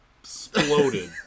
exploded